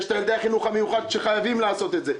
יש את ילדי החינוך המיוחד שחייבים לעשות את זה.